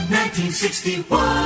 1961